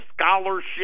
scholarship